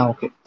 Okay